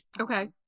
Okay